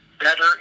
better